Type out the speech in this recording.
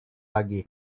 lagi